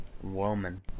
Woman